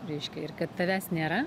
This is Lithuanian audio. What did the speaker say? reiškia ir kad tavęs nėra